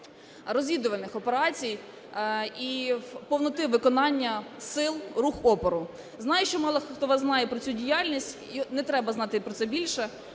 розвідувальних операцій і повноти виконання сил рух опору. Знаю, що мало хто з вас знає про цю діяльність і не треба знати про це більше.